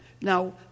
Now